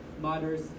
mothers